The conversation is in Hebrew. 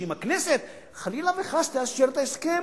שאם הכנסת חלילה וחס תאשר את ההסכם,